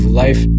life